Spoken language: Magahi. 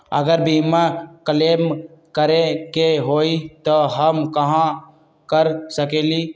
अगर बीमा क्लेम करे के होई त हम कहा कर सकेली?